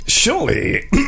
Surely